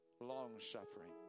long-suffering